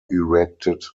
erected